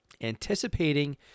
Anticipating